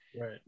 Right